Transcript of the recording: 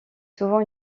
souvent